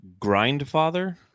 Grindfather